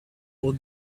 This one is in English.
all